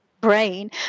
brain